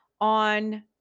on